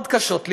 מאוד קשות לי.